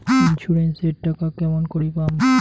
Insurance এর টাকা কেমন করি পাম?